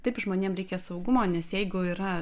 taip žmonėm reikia saugumo nes jeigu yra